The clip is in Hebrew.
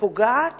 ופוגעת